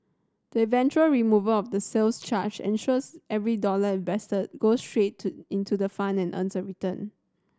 the eventual removal of the sales charge ensures every dollar invested goes straight to into the fund and earns return